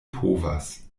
povas